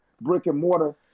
brick-and-mortar